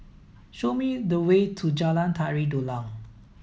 show me the way to Jalan Tari Dulang